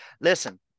Listen